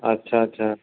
अच्छा अच्छा